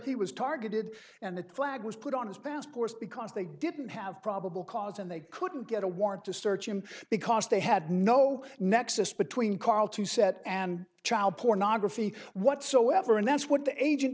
he was targeted and that flag was put on his passport because they didn't have probable cause and they couldn't get a warrant to search him because they had no nexus between karl to set and child pornography whatsoever and that's what the agent